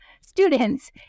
students